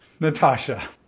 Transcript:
Natasha